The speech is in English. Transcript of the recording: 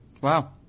Wow